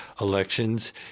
Elections